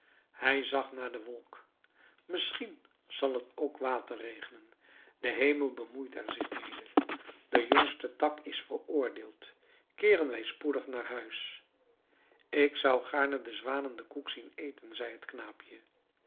hij zag naar de wolk misschien zal t ook water regenen de hemel bemoeit er zich mede de jongste tak is veroordeeld keeren wij spoedig naar huis ik zou gaarne de zwanen den koek zien eten zei het knaapje